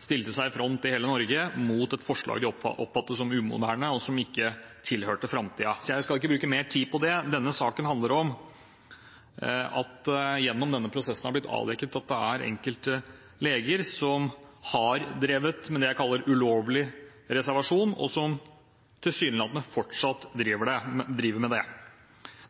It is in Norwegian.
stilte seg i front i hele Norge mot et forslag de oppfattet som umoderne, og som ikke tilhørte framtiden. Jeg skal ikke bruke mer tid på det. Denne saken handler om at det gjennom denne prosessen har blitt avdekket at det er enkelte leger som har drevet med det jeg kaller ulovlig reservasjon, og som tilsynelatende fortsatt driver med det.